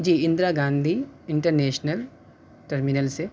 جی Indira Gandhi international terminal سے